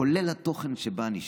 כולל התוכן שבה, שנשאר.